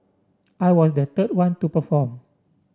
I was the third one to perform